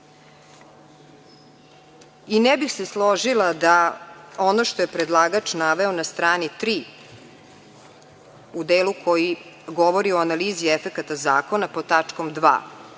bih se složila, ono što je predlagač naveo na strani tri, u delu koji govori o analizi efekata zakona pod tačkom